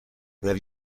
have